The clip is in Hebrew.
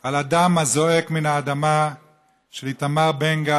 על הדם הזועק מן האדמה של איתמר בן גל,